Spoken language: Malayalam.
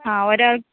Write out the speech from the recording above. ആ ഒരാൾക്ക്